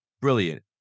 Brilliant